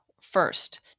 first